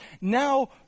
now